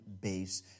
base